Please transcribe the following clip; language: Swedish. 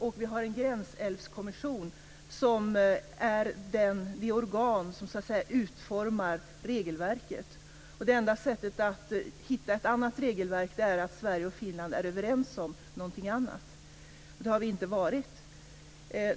Det finns också en gränsälvskommission, som är det organ som utformar regelverket. Det enda sättet att hitta ett annat regelverk är att Sverige och Finland är överens om någonting annat. Det har vi inte varit.